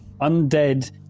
undead